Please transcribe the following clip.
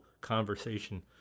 conversation